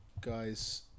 guys